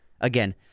Again